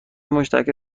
مشترک